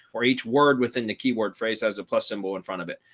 or each word within the keyword phrase has the plus symbol in front of it.